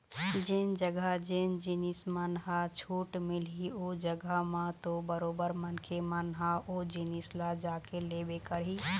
जेन जघा जेन जिनिस मन ह छूट मिलही ओ जघा म तो बरोबर मनखे मन ह ओ जिनिस ल जाके लेबे करही